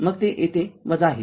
मग ते येथे आहे